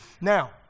now